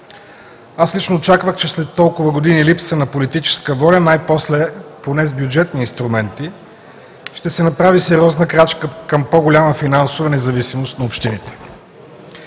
Аз лично очаквах, че след толкова години липса на политическа воля, най-после, поне с бюджетни инструменти, ще се направи сериозна крачка към по голяма финансова независимост на общините.